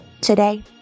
today